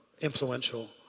influential